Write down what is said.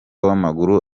w’amaguru